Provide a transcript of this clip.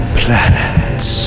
planets